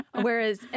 Whereas